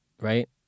right